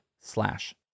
slash